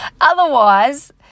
Otherwise